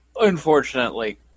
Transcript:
Unfortunately